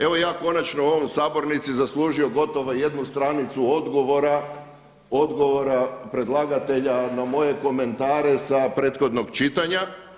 Evo ja konačno u ovoj sabornici zaslužio gotovo jednu stranicu odgovora predlagatelja na moje komentare sa prethodnog čitanja.